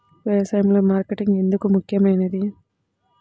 వ్యసాయంలో మార్కెటింగ్ ఎందుకు ముఖ్యమైనది?